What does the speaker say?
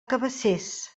cabacés